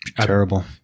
Terrible